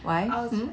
why